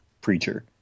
Preacher